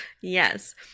Yes